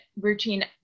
routine